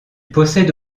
possède